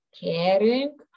caring